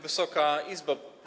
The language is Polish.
Wysoka Izbo!